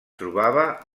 trobava